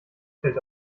fällt